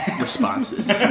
responses